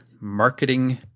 marketing